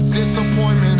disappointment